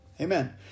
Amen